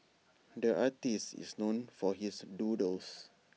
the artist is known for his doodles